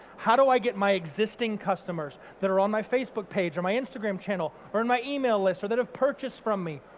how do i get my existing customers that are on my facebook page or my instagram channel or in my email list or that have purchased from me,